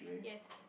yes